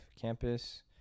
campus